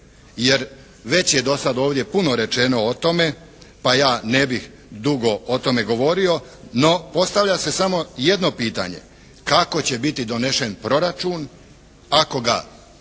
jer već je dosad ovdje puno rečeno o tome pa ja ne bih dugo o tome govorio. No, postavlja se samo jedno pitanje – kako će biti donesen proračun ako ga predlaže